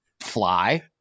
fly